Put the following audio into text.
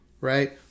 right